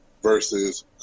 Versus